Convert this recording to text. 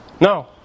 No